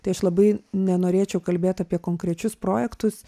tai aš labai nenorėčiau kalbėt apie konkrečius projektus